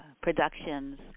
productions